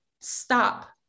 stop